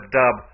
dub